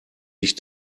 ich